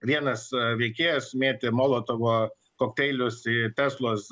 vienas veikėjas mėtė molotovo kokteilius į teslos